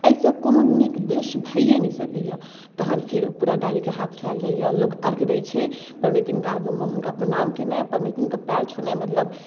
एहिसँ कोनो नीक दृश्य भइए नहि सकैए तहन फेर पूरा डालीके हाथ उठाएल जाइए लोक अर्घ दै छै पबनैतिनके आगूमे हुनका प्रणाम केनाइ पबनैतिनके पाएर छुनाइ मतलब